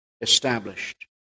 established